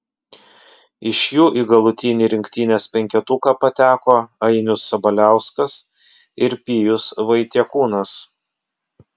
iš jų į galutinį rinktinės penketuką pateko ainius sabaliauskas ir pijus vaitiekūnas